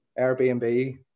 Airbnb